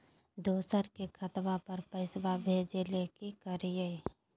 दोसर के खतवा पर पैसवा भेजे ले कि करिए?